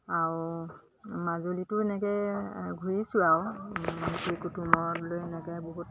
আৰু মাজুলীতো এনেকৈ ঘূৰিছোঁ আৰু মিতিৰ কুটুমৰ লৈ এনেকৈ বহুত